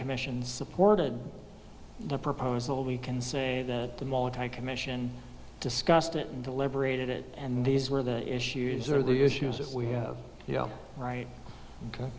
commission supported the proposal we can say that the molokai commission discussed it and deliberated it and these were the issues are the issues that we have yeah right ok